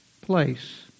place